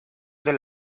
del